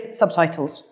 subtitles